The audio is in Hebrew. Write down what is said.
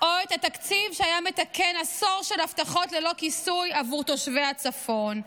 או את התקציב שהיה מתקן עשור של הבטחות ללא כיסוי עבור תושבי הצפון,